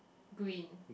green